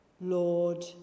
Lord